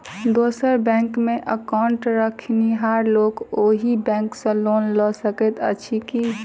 दोसर बैंकमे एकाउन्ट रखनिहार लोक अहि बैंक सँ लोन लऽ सकैत अछि की?